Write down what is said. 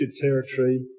territory